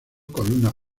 columnas